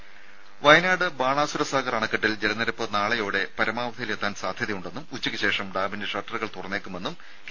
രുഭ വയനാട് ബാണാസുര സാഗർ അണക്കെട്ടിൽ ജലനിരപ്പ് നാളെയോടെ പരമാവധിയിൽ എത്താൻ സാധ്യതയുണ്ടെന്നും ഉച്ചയ്ക്കുശേഷം ഡാമിന്റെ ഷട്ടറുകൾ തുറന്നേക്കുമെന്നും കെ